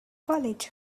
college